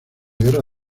guerra